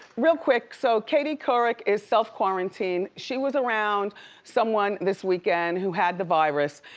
real quick, so katie couric is self-quarantined. she was around someone this weekend who had the virus.